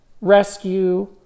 rescue